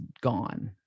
gone